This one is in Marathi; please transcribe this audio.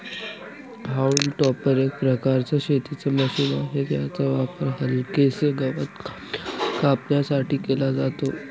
हाऊल टॉपर एक प्रकारचं शेतीच मशीन आहे, याचा वापर हलकेसे गवत कापण्यासाठी केला जातो